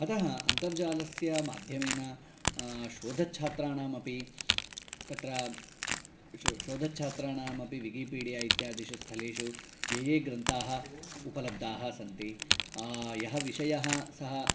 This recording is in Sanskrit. अतः अन्तर्जालस्य माध्यमेन शोधच्छात्राणामपि तत्र शोधच्छात्राणामपि विकीपीडिया इत्यादिषु स्थलेषु ये ये ग्रन्थाः उपलब्धाः सन्ति यः विषयः सः